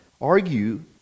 argue